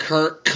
Kirk